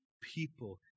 people